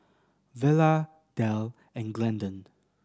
Vella Delle and Glendon